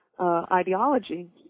ideology